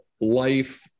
life